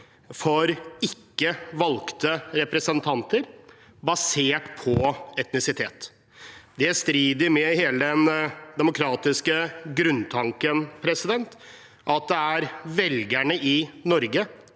for ikkevalgte representanter, basert på etnisitet. Det strider med hele den demokratiske grunntanken om at velgerne i Norge